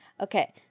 Okay